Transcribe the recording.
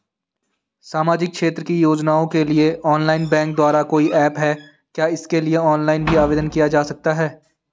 सामाजिक क्षेत्र की योजनाओं के लिए ऑनलाइन बैंक द्वारा कोई ऐप है क्या इसके लिए ऑनलाइन भी आवेदन किया जा सकता है?